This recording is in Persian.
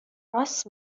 راست